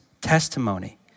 testimony